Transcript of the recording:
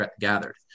gathered